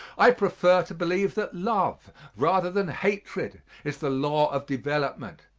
i prefer to believe that love rather than hatred is the law of development.